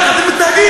כך אתם מתנהגים?